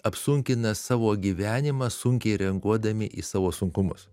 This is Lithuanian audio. apsunkina savo gyvenimą sunkiai reaguodami į savo sunkumus